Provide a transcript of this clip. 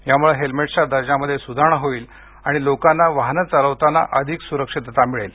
यामुळे हेल्मेट्सच्या दर्जामध्ये सुधारणा होईल आणि लोकांना वाहने चालविताना अधिक सुरक्षितता मिळेल